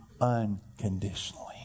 unconditionally